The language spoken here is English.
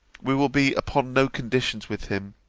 we will be upon no conditions with him,